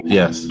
Yes